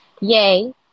yay